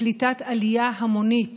לקליטת עלייה המונית